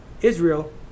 Israel